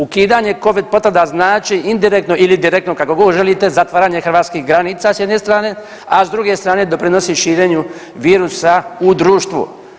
Ukidanje covid potvrda znači indirektno ili direktno, kako god želite zatvaranje hrvatskih granica sa jedne strane, a s druge strane doprinosi širenju virusa u društvu.